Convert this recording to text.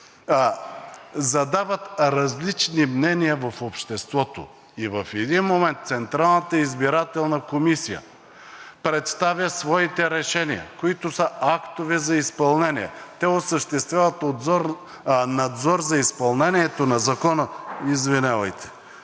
задават различни мнения в обществото. И в един момент Централната избирателна комисия представя своите решения, които са актове за изпълнение. Те осъществяват надзор за изпълнението на закона. (Председателят